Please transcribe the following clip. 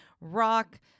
rock